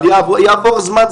אבל יעבור זמן,